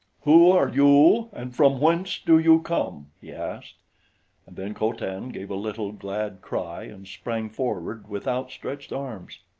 who are you and from whence do you come? he asked and then co-tan gave a little, glad cry and sprang forward with out-stretched arms.